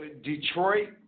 Detroit